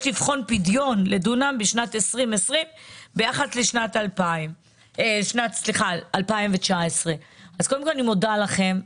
לבחון פדיון לדונם בשנת 2020 ביחס לשנת 2019. קודם כל אני מודה לכם.